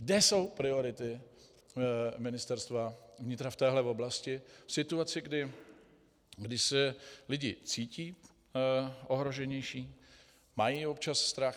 Kde jsou priority Ministerstva vnitra v této oblasti v situaci, kdy se lidé cítí ohroženější, mají občas strach?